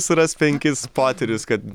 surask penkis poterius kad